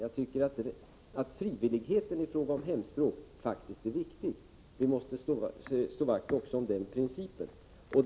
Jag tycker att frivilligheten i fråga om hemspråksundervisning faktiskt är viktig. Vi måste slå vakt om den principen.